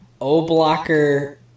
O-Blocker